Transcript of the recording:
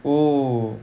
oh